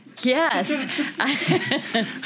Yes